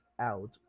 out